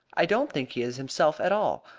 i don't think he is himself at all.